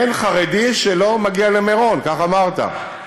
אין חרדי שלא מגיע למירון, כך אמרת,